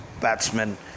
batsmen